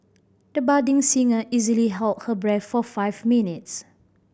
the budding singer easily held her breath for five minutes